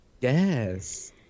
Yes